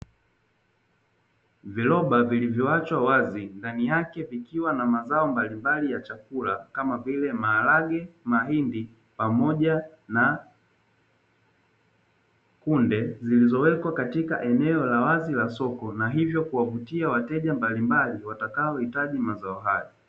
Viroba vilivyoachwa wazi ndani yake vikiwa na mazao mbalimbali ya chakula kama vile maharage, mahindi pamoja na kunde. Zilizowekwa katika eneo la wazi la soko na hivyo kuwavutia wateja mbalimbali watakao hitaji mazao hayo.